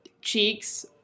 cheeks